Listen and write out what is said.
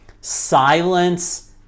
silence